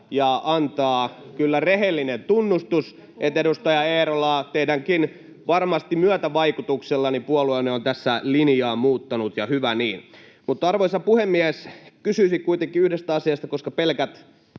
antaa rehellinen tunnustus. Edustaja Eerola, varmasti teidänkin myötävaikutuksellanne puolueenne on tässä linjaa muuttanut, ja hyvä niin. Arvoisa puhemies! Kysyisin kuitenkin yhdestä asiasta, koska pelkät